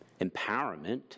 empowerment